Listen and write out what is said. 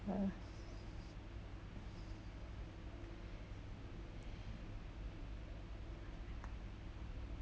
ya